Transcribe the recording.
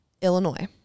Illinois